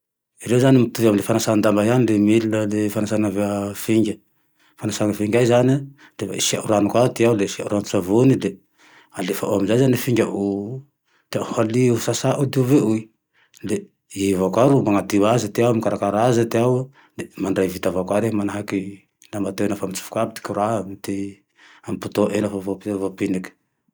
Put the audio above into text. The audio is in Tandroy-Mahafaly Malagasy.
Ireo zane mitovy amy fanasan-damba ihany le mil manasana finga, fanasa finga e zane, de asio rano ka ty ao de asiao rano-tsavony de alefao ao amizay zane fingao tiao halio, sasao, diovio io. De io avao ka ro manadio aze ty ao, mikarakara aze ty ao. Le mandray vita avao ka rehe manahaky lamba teo iny lafa mitsofoky aby ty courant ampitoy lafa-lafa voapindriky